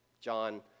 John